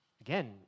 Again